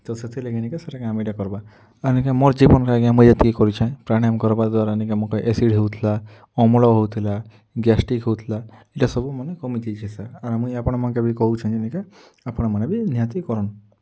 ତ ସେଥିରଲାଗି ନିକେ ସେଟାକେ ଆମକେ ଇଟା କରବା ଆର୍ ନିକେ ମୋର୍ ଜୀବନରେ ଆଜ୍ଞା ମୁଇଁ ଯେତକି କରିଛେଁ ପ୍ରାଣାୟମ୍ କର୍ବା ଦ୍ୱାରା ମୋକେ ଏସିଡ଼୍ ହଉଥିଲା ଅମ୍ଳ ହଉଥିଲା ଗ୍ୟାଷ୍ଟ୍ରିକ୍ ହଉଥିଲା ଇଟା ସବୁମାନେ କମିଯାଇଛେ ସାର୍ ଆର୍ ମୁଇଁ ଆପଣ ମାନକେଁ ବି କହୁଛେଁ ନିକେ ଆପଣ୍ ମାନେବି ନିହାତି କରୁନ୍